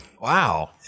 Wow